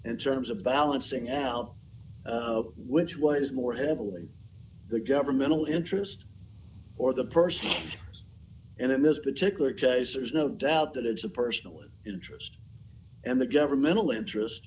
in terms of balancing out of which one is more heavily the governmental interest or the person and in this particular case there's no doubt that it's a personal interest and the governmental interest